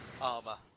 armor